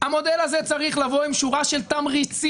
המודל הזה צריך לבוא עם שורה של תמריצים